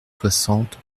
soixante